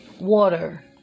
water